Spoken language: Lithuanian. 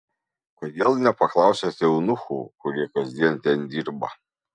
kodėl nepaklausiate eunuchų kurie kasdien ten dirba